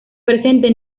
presente